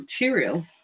material